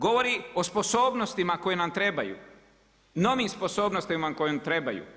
Govori o sposobnostima koje nam trebaju, novim sposobnostima koje nam trebaju.